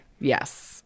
Yes